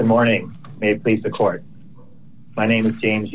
the morning may place the court my name is james